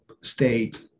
state